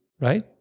Right